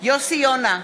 יוסי יונה,